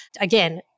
again